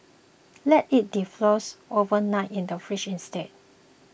let it defrost overnight in the fridge instead